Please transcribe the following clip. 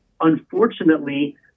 unfortunately